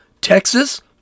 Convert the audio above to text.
Texas